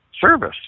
service